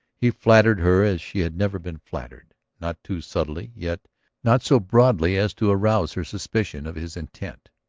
he flattered her as she had never been flattered, not too subtly, yet not so broadly as to arouse her suspicion of his intent.